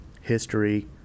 history